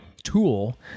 tool